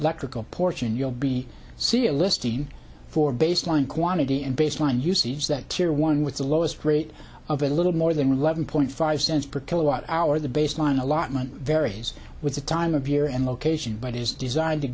electrical portion you'll be see a listing for baseline quantity and baseline usage that tir one with the lowest rate of a little more than eleven point five cents per kilowatt hour the baseline allotment varies with the time of year and location but is designed to